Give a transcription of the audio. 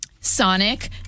Sonic